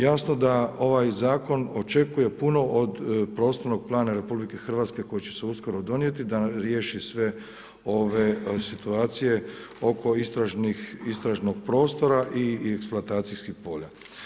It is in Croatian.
Jasno da ovaj zakon očekuje puno od prostornog plana Republike Hrvatske koji će se uskoro donijeti da riješi sve ove situacije oko istražnog prostora i eksploatacijskih polja.